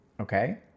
Okay